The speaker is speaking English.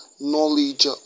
knowledge